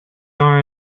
are